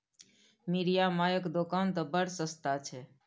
मिरिया मायक दोकान तए बड़ सस्ता छै